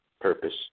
purpose